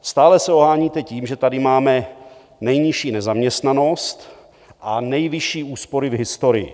Stále se oháníte tím, že tady máme nejnižší nezaměstnanost a nejvyšší úspory v historii.